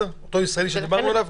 אותו ישראלי שדיברנו עליו,